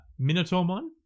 Minotaurmon